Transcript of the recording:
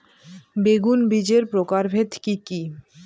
বেগুন বীজের প্রকারভেদ কি কী?